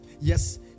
Yes